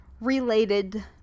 related